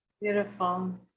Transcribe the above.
Beautiful